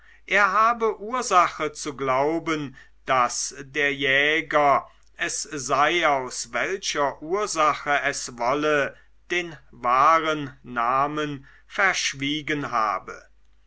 er habe ursache zu glauben daß der jäger es sei aus welcher ursache es wolle den wahren namen verschwiegen habe